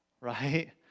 right